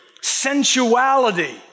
sensuality